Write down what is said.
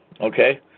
Okay